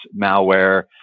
malware